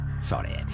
Sorry